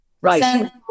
Right